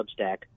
Substack